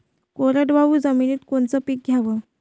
कोरडवाहू जमिनीत कोनचं पीक घ्याव?